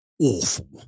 Awful